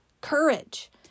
courage